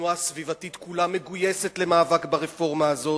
התנועה הסביבתית כולה מגויסת למאבק ברפורמה הזאת,